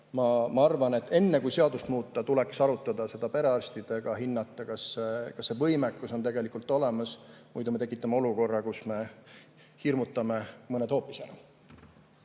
ma arvan, et enne, kui seadust muuta, tuleks arutada seda perearstidega, hinnata, kas see võimekus on tegelikult olemas, muidu me tekitame olukorra, kus me hirmutame mõned hoopis ära.